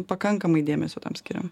pakankamai dėmesio tam skiriam